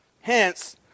Hence